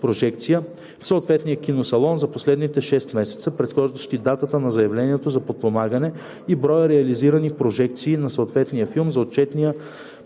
в съответния киносалон за последните 6 месеца, предхождащи датата на заявлението за подпомагане, и броя реализирани прожекции на съответния филм за отчетния